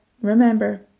remember